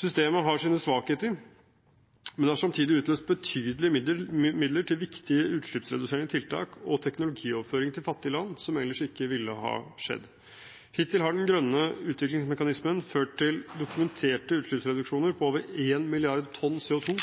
Systemet har sine svakheter, men det har samtidig utløst betydelige midler til viktige utslippsreduserende tiltak og teknologioverføring til fattige land, som ellers ikke ville ha skjedd. Hittil har den grønne utviklingsmekanismen ført til dokumenterte utslippsreduksjoner på over 1 milliard tonn CO2